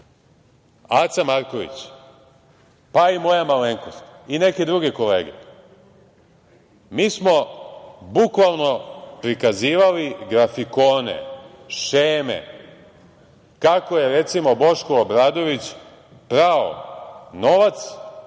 Aca Marković, pa i moja malenkost i neke druge kolege, mi smo bukvalno prikazivali grafikone, šeme kako je, recimo, Boško Obradović prao novac